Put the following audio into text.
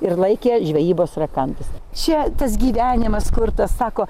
ir laikė žvejybos rakandus čia tas gyvenimas kurtas sako